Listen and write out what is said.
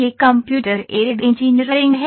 यह computer aided engineering है